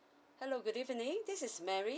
hello good evening this is mary